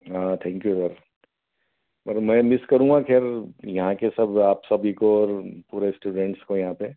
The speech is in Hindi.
हाँ थैंक यू बट पर मैं मिस करूँगा ख़ैर यहाँ के सब आप सभी को और पूरे इस्टूडेंट्स को यहाँ पर